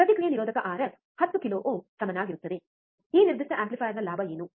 ಪ್ರತಿಕ್ರಿಯೆ ನಿರೋಧಕ RF 10 kilo ಓಮ್ಗೆ ಸಮನಾಗಿರುತ್ತದೆ ಈ ನಿರ್ದಿಷ್ಟ ಆಂಪ್ಲಿಫೈಯರ್ನ ಲಾಭ ಏನು